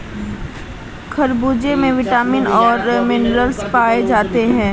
खरबूजे में विटामिन और मिनरल्स पाए जाते हैं